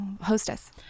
Hostess